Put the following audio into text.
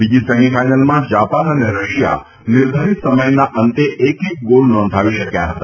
બીજી સેમિફાઇનલમાં જાપાન અને રશિયા નિર્ધારિત સમયના અંતે એક એક ગોલ નોંધાવી શક્યા હતા